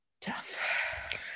tough